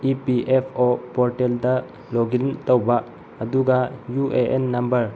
E P F O ꯄꯣꯔꯇꯦꯜꯗ log in ꯇꯧꯕ ꯑꯗꯨꯒ ꯌꯨ ꯑꯦ ꯑꯦꯟ ꯅꯝꯕꯔ